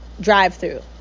drive-through